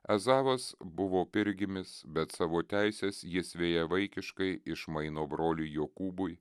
ezavas buvo pirmgimis bet savo teises jis vejavaikiškai išmaino broliui jokūbui